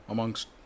Amongst